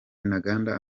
ntaganda